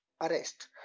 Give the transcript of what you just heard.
arrest